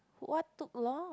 what took long